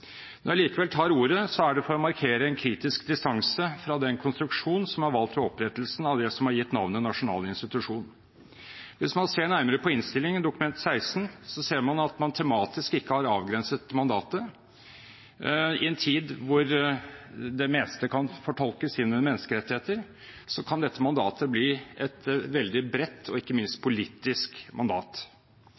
Når jeg allikevel tar ordet, er det for å markere en kritisk distanse til den konstruksjonen som er valgt ved opprettelsen av det som er gitt navnet «nasjonal institusjon». Hvis man ser nærmere på innstillingen, Dokument 16, ser man at man tematisk ikke har avgrenset mandatet. I en tid da det meste kan fortolkes inn under menneskerettigheter, kan dette mandatet bli et veldig bredt og ikke minst politisk mandat.